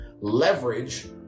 leverage